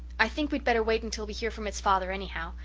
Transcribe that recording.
i think we'd better wait until we hear from its father anyhow.